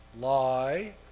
lie